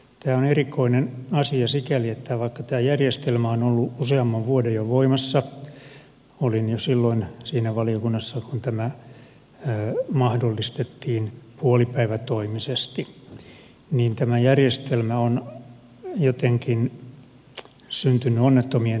tämä on erikoinen asia sikäli että vaikka tämä järjestelmä on ollut useamman vuoden jo voimassa olin jo silloin siinä valiokunnassa kun tämä mahdollistettiin puolipäivätoimisesti niin tämä järjestelmä on jotenkin syntynyt onnettomien tähtien alla